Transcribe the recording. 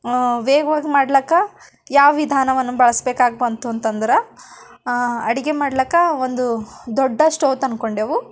ವೇಗವಾಗಿ ಮಾಡ್ಲಿಕ್ಕೆ ಯಾವ ವಿಧಾನವನ್ನು ಬಳಸಬೇಕಾಗಿ ಬಂತು ಅಂತಂದ್ರೆ ಅಡುಗೆ ಮಾಡ್ಲಿಕ್ಕೆ ಒಂದು ದೊಡ್ಡ ಸ್ಟೋವ್ ತಂದ್ಕೊಂಡೆವು